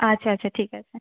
আচ্ছা আচ্ছা ঠিক আছে